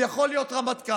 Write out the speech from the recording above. הוא יכול להיות רמטכ"ל,